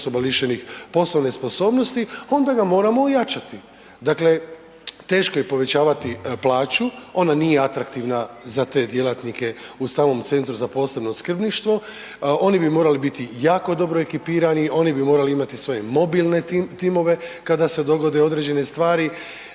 osoba lišenih poslovne sposobnosti onda ga moramo ojačati, dakle teško je povećavati plaću, ona nije atraktivna za te djelatnike u samom Centru za posebno skrbništvo oni bi morali biti jako dobro ekipirani, oni bi morali imati svoje mobilne timove kada se dogode određene stvari,